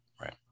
right